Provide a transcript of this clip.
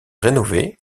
rénové